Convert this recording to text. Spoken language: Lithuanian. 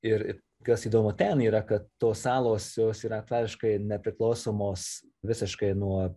ir kas įdomu ten yra kad tos salos jos yra faktiškai nepriklausomos visiškai nuo